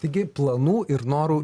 taigi planų ir norų